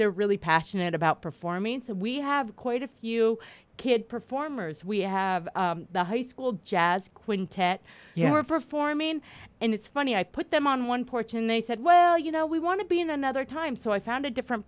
they're really passionate about performing so we have quite a few kid performers we have the high school jazz quintet performing and it's funny i put them on one porch and they said well you know we want to be in another time so i found a different